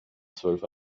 zwölf